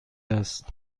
است